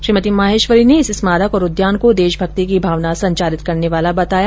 श्रीमती माहेश्वरी ने इस स्मारक और उद्यान को देशभक्ति की भावना संचारित करने वाला बताया